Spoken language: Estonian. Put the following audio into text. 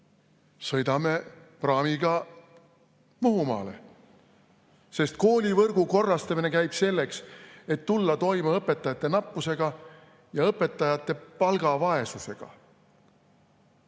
sõidame praamiga Muhumaale, sest koolivõrku korrastatakse selleks, et tulla toime õpetajate nappusega ja õpetajate palgavaesusega. Siin